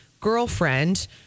girlfriend